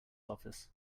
office